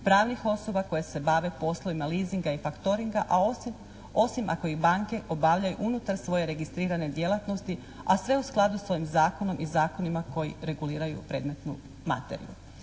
pravnih osoba koje se bave poslovima lisinga i faktoringa a osim ako ih banke obavljaju unutar svoje registrirane djelatnosti a sve u skladu sa ovim zakonom i zakonima koji reguliraju predmetnu materiju.